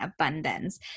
abundance